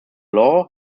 law